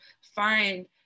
find